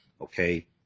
Okay